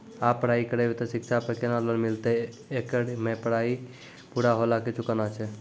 आप पराई करेव ते शिक्षा पे केना लोन मिलते येकर मे पराई पुरा होला के चुकाना छै?